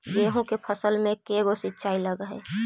गेहूं के फसल मे के गो सिंचाई लग हय?